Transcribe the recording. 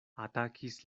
atakis